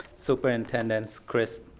superintendent chris